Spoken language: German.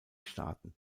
staaten